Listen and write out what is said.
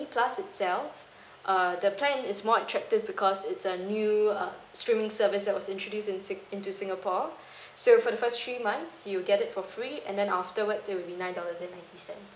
plus itself err the plan is more attractive because it's a new uh streaming service that was introduce in sing~ into singapore so for the first three months you'll get it for free and then afterwards it'll be nine dollars and ninety cents